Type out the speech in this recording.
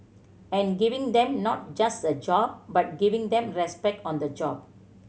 and giving them not just a job but giving them respect on the job